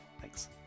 Thanks